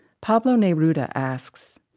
pablo neruda asks,